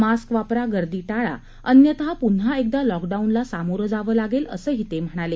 mask वापरा गर्दी टाळा अन्यथा पुन्हा एकदा लॉकडाऊनला सामोरं जावं लागेल असंही ते म्हणाले